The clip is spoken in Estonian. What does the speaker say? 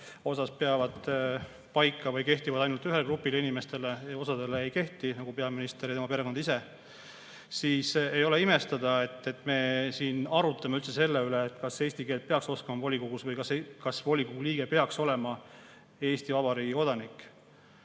kaubavahetuse osas kehtivad ainult ühele grupile inimestele, osale ei kehti, nagu peaministrile endale ja tema perekonnale. Siis ei ole imestada, et me siin arutleme üldse selle üle, kas eesti keelt peaks oskama volikogus või kas volikogu liige peaks olema Eesti Vabariigi kodanik.